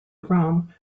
rome